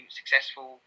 successful